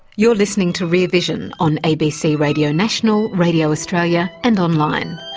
you're listening to rear vision on abc radio national, radio australia and online.